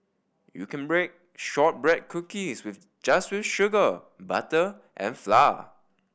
you can bake shortbread cookies with just with sugar butter and flour